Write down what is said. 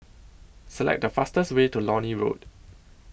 Select The fastest Way to Lornie Road